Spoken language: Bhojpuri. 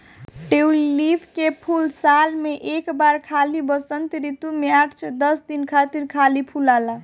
ट्यूलिप के फूल साल में एक बार खाली वसंत ऋतू में आठ से दस दिन खातिर खाली फुलाला